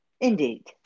indeed